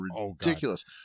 ridiculous